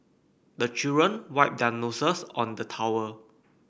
the children wipe their noses on the towel